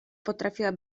potrafiła